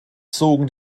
zogen